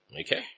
Okay